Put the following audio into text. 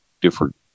different